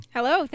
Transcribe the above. Hello